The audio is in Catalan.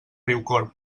riucorb